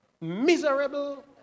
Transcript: miserable